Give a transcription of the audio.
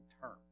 term